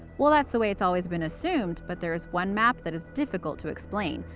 well that's the way it's always been assumed, but there's one map that is difficult to explain,